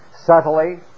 subtly